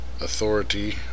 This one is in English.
authority